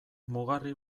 mugarri